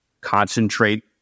concentrate